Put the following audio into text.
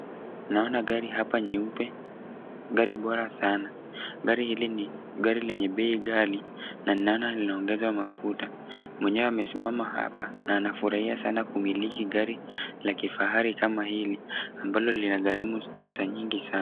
Naona gani hapa nyeupe. Gari bora sana. Gari hili ni gari lenye bei ghali, na ndani linaongezwa mafuta. Mwenyewe amesimama hapa, na anafurahia sana kumiliki gari la kifahari kama hili. Ambalo lina gharimu pesa nyingi sana.